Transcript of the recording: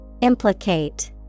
Implicate